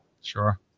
sure